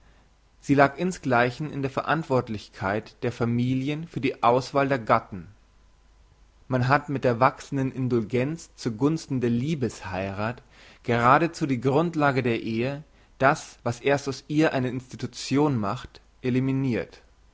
sie lag insgleichen in der verantwortlichkeit der familien für die auswahl der gatten man hat mit der wachsenden indulgenz zu gunsten der liebes heirath geradezu die grundlage der ehe das was erst aus ihr eine institution macht eliminirt